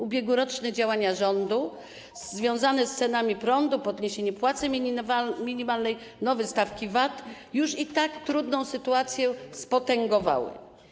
Ubiegłoroczne działania rządu związane z cenami prądu, podniesieniem płacy minimalnej, nowymi stawkami VAT już i tak trudną sytuację spotęgowały.